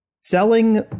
selling